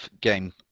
game